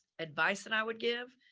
advice that i would give.